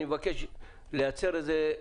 אני מבקש להצר את זה.